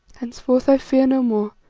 henceforth i fear no more,